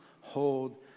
hold